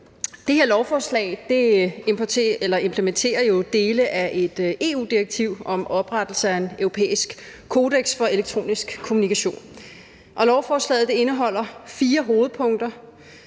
Det her lovforslag implementerer dele af et EU-direktiv om oprettelse af en europæisk kodeks for elektronisk kommunikation. Lovforslaget indeholder fire hovedpunkter: